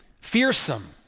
Fearsome